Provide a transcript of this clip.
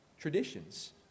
Traditions